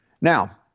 Now